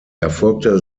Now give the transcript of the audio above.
erfolgte